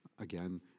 Again